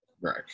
Right